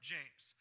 James